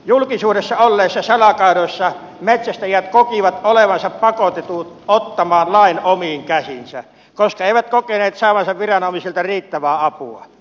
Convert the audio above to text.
julkisuudessa olleissa salakaadoissa metsästäjät kokivat olevansa pakotetut ottamaan lain omin käsiinsä koska eivät kokeneet saavansa viranomaisilta riittävää apua